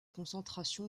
concentration